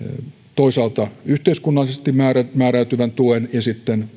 toisaalta yhteiskunnallisesti määräytyvän tuen ja sitten